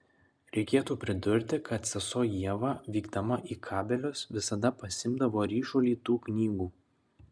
reikėtų pridurti kad sesuo ieva vykdama į kabelius visada pasiimdavo ryšulį tų knygų